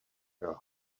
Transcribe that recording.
her